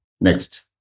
Next